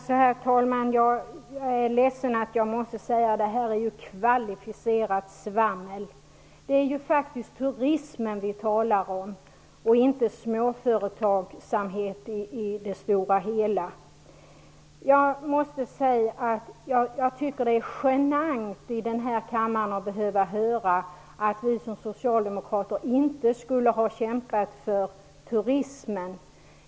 Herr talman! Jag är ledsen att jag måste säga att detta är kvalificerat svammel. Det är faktiskt turismen som vi talar om, inte om småföretagsamhet i stort. Det är genant att i den här kammaren behöva få höra att vi socialdemokrater inte skulle ha kämpat för turismen.